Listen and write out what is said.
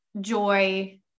joy